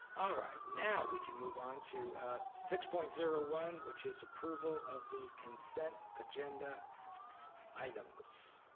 alright, now we can move on to six point zero one, which is approval of the consent agenda items.